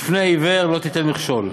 בפני עיוור לא תיתן מכשול.